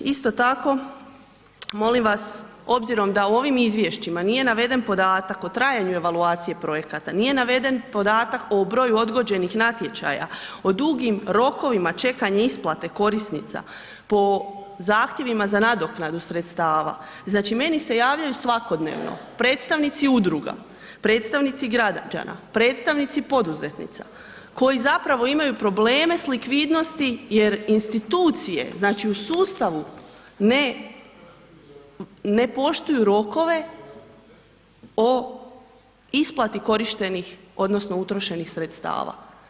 Isto tako, molim vas, obzirom da u ovim izvješćima nije naveden podatak o trajanju evaluacije projekata, nije naveden podatak o broju odgođenih natječaja, o dugim rokovima čekanja isplate korisnica, po zahtjevima za nadoknadu sredstava, znači, meni se javljaju svakodnevno predstavnici udruga, predstavnici građana, predstavnici poduzetnica, koji zapravo imaju probleme s likvidnosti jer institucije, znači u sustavu ne poštuju rokove o isplati korištenih odnosno utrošenih sredstava.